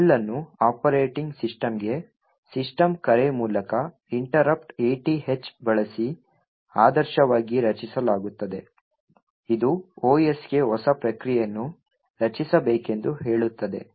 shell ಅನ್ನು operating ಸಿಸ್ಟಮ್ಗೆ system ಕರೆ ಮೂಲಕ ಇಂಟರ್ರಪ್ಟ್ 80H ಬಳಸಿ ಆದರ್ಶವಾಗಿ ರಚಿಸಲಾಗುತ್ತದೆ ಇದು OS ಗೆ ಹೊಸ ಪ್ರಕ್ರಿಯೆಯನ್ನು ರಚಿಸಬೇಕೆಂದು ಹೇಳುತ್ತದೆ